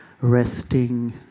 resting